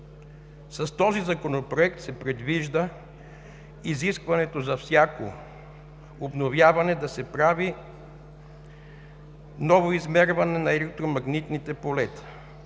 С този законопроект се предвижда изискването за всяко обновяване да се прави ново измерване на електромагнитните полета.